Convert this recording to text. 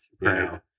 right